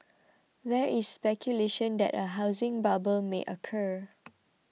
there is speculation that a housing bubble may occur